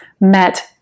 met